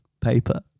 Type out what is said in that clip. paper